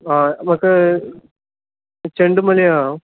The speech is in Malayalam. ആ നമ്മൾക്ക് ചെണ്ടുമല്ലി വേണം